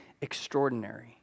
extraordinary